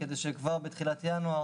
כדי שכבר בתחילת ינואר